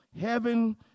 Heaven